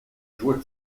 joie